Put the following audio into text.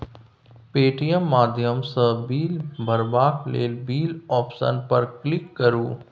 Paytm माध्यमसँ bill भरबाक लेल बिल आप्शन पर क्लिक करु